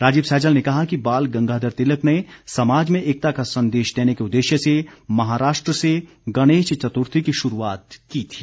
राजीव सहजल ने कहा कि बाल गंगाधर तिलक ने समाज में एकता का संदेश देने के उदेश्य से महाराष्ट्र से गणेश चतुर्थी की शुरूआत की थी